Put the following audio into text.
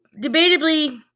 debatably